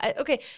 okay